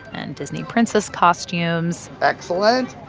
and disney princess costumes. excellent.